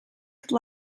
could